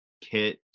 Kit